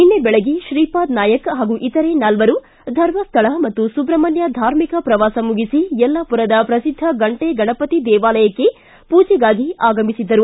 ನಿನ್ನೆ ದೆಳಗ್ಗೆ ಶ್ರೀಪಾದ ನಾಯ್ಕ ಹಾಗೂ ಇತರೆ ನಾಲ್ವರು ಧರ್ಮಸ್ಥಳ ಮತ್ತು ಸುಬ್ರಮಣ್ಹ ಧಾರ್ಮಿಕ ಪ್ರವಾಸ ಮುಗಿಸಿ ಯಲ್ಲಾಪುರದ ಪ್ರಸಿದ್ದ ಗಂಟೆ ಗಣಪತಿ ದೇವಾಲಯಕ್ಕೆ ಪೂಜೆಗಾಗಿ ಆಗಮಿಸಿದ್ದರು